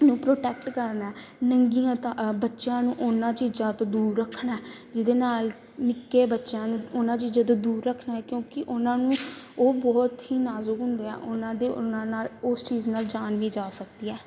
ਨੂੰ ਪ੍ਰੋਟੈਕਟ ਕਰਨਾ ਹੈ ਨੰਗੀਆਂ ਤਾਂ ਬੱਚਿਆਂ ਨੂੰ ਉਹਨਾਂ ਚੀਜ਼ਾਂ ਤੋਂ ਦੂਰ ਰੱਖਣਾ ਜਿਹਦੇ ਨਾਲ ਨਿੱਕੇ ਬੱਚਿਆਂ ਨੂੰ ਉਹਨਾਂ ਚੀਜ਼ਾਂ ਤੋਂ ਦੂਰ ਰੱਖਣਾ ਕਿਉਂਕਿ ਉਹਨਾਂ ਨੂੰ ਉਹ ਬਹੁਤ ਹੀ ਨਾਜ਼ੁਕ ਹੁੰਦੇ ਆ ਉਹਨਾਂ ਦੇ ਉਹਨਾਂ ਨਾਲ ਉਸ ਚੀਜ਼ ਨਾਲ ਜਾਨ ਵੀ ਜਾ ਸਕਦੀ ਹੈ